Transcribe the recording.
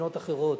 במדינות אחרות,